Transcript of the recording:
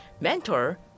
mentor